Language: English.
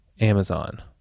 Amazon